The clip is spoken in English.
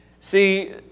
See